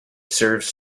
serves